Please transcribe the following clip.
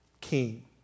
king